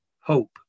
hope